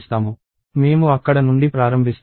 మేము అక్కడ నుండి ప్రారంభిస్తాము